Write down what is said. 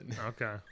Okay